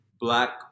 black